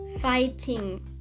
fighting